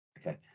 Okay